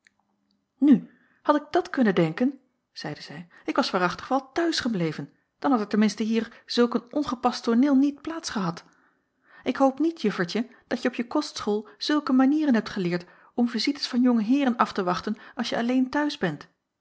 nu had ik dat kunnen denken zeide zij ik was waarachtig wel t'huis gebleven dan had er ten minste hier zulk een ongepast tooneel niet plaats gehad ik hoop niet juffertje dat je op je kostschool zulke manieren hebt geleerd om visites van jonge heeren af te wachten als je alleen t'huis bent